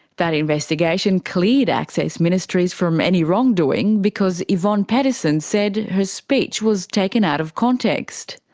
that investigation cleared access ministries from any wrongdoing because evonne paddison said her speech was taken out of context.